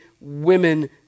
women